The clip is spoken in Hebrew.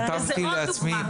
זה עוד דוגמה.